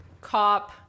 cop